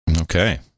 okay